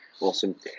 Awesome